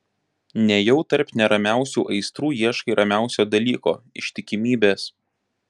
nejau tarp neramiausių aistrų ieškai ramiausio dalyko ištikimybės